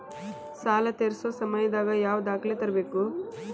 ಸಾಲಾ ತೇರ್ಸೋ ಸಮಯದಾಗ ಯಾವ ದಾಖಲೆ ತರ್ಬೇಕು?